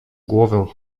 głowę